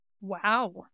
Wow